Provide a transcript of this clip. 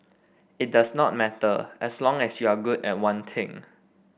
it does not matter as long as you're good at one thing